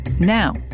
Now